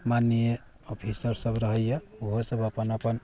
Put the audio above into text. माननीय ऑफिसरसभ रहैए ओहोसभ अपन अपन